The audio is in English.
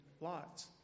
lots